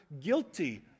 guilty